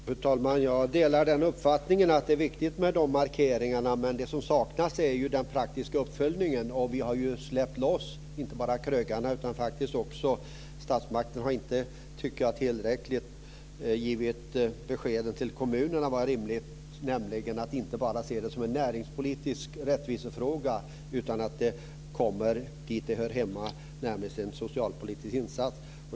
Fru talman! Jag delar uppfattningen att det är viktigt med sådana markeringar, men det som saknas är den praktiska uppföljningen. Vi har ju inte bara släppt loss krögarna utan det är faktiskt också så att statsmakten inte tillräckligt har givit besked till kommunerna om vad som är rimligt, nämligen att inte bara se det här som en näringspolitisk rättvisefråga. Det bör komma dit där det hör hemma. Det är fråga om en socialpolitisk insats.